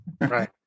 Right